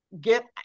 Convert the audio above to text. get